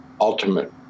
ultimate